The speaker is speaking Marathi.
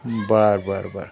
बरं बरं बरं